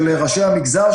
עם ראשי המגזר.